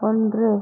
ஒன்று